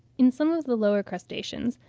in some of the lower crustaceans,